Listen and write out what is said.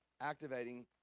activating